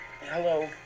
Hello